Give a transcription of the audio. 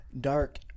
dark